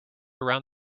around